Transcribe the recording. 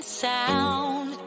sound